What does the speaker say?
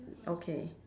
okay